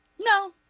No